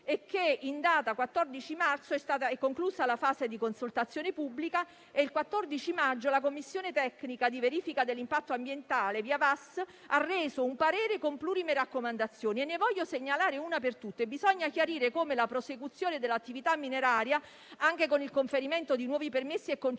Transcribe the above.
di idrocarburi. Si è conclusa la fase di consultazione pubblica e il 14 maggio la Commissione tecnica di verifica dell'impatto ambientale VIA-VAS ha reso un parere con plurime raccomandazioni. Ne voglio segnalare una per tutte: bisogna chiarire come la prosecuzione dell'attività mineraria, anche con il conferimento di nuovi permessi e concessioni,